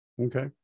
okay